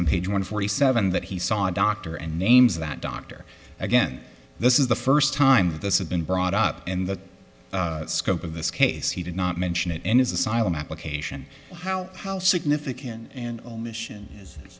some page one forty seven that he saw a doctor and names that doctor again this is the first time this is been brought up in the scope of this case he did not mention it in his asylum application how how significant an omission is